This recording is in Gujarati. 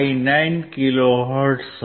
59 કિલો હર્ટ્ઝ હશે